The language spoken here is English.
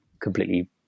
completely